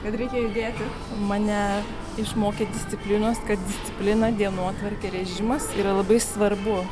kad reikia judėti mane išmokė disciplinos kad disciplina dienotvarkė režimas yra labai svarbu